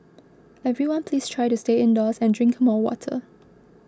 everyone please try to stay indoors and drink more water